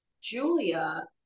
Julia